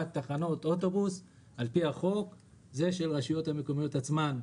תחנות אוטובוס על פי החוק היא של הרשויות המקומיות עצמן.